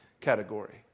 category